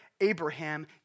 Abraham